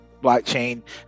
blockchain